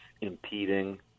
impeding